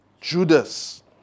Judas